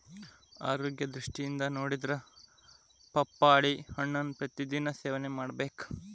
ಆರೋಗ್ಯ ದೃಷ್ಟಿಯಿಂದ ನೊಡಿದ್ರ ಪಪ್ಪಾಳಿ ಹಣ್ಣನ್ನಾ ಪ್ರತಿ ದಿನಾ ಸೇವನೆ ಮಾಡಬೇಕ